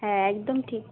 হ্যাঁ একদম ঠিক